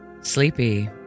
sleepy